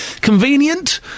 Convenient